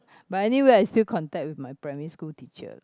but anyway I still contact with my primary school teacher